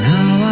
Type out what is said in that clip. Now